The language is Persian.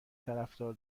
طرفدار